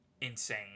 insane